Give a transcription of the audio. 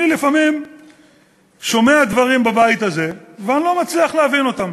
אני לפעמים שומע דברים בבית הזה ואני לא מצליח להבין אותם.